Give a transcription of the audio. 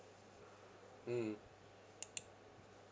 mm